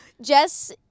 Jess